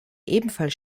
ebenfalls